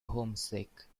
homesick